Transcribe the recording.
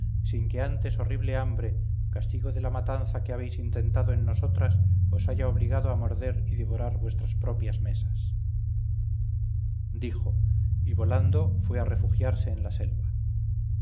sin que antes horrible hambre castigo de la matanza que habéis intentado en nosotras os haya obligado a morder y devorar vuestras propias mesas dijo y volando fue a refugiarse en la selva